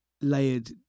layered